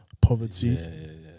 poverty